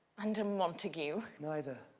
and a montague? neither,